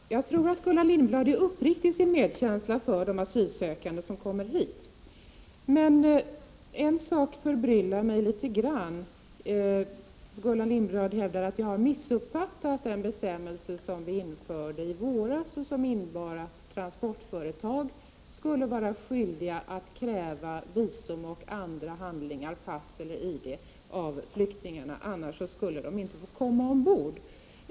Herr talman! Jag tror att Gullan Lindblad är uppriktig i sin medkänsla för de asylsökande som kommer hit. Men en sak förbryllar mig litet grand. Gullan Lindblad hävdar att jag har missuppfattat den bestämmelse som infördes i våras och som innebar att transportföretag skulle vara skyldiga att kräva visum och andra handlingar, pass eller ID-kort, av flyktingarna. Annars skulle flyktingarna inte få gå ombord.